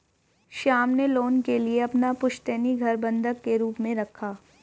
श्याम ने लोन के लिए अपना पुश्तैनी घर बंधक के रूप में रखा